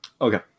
Okay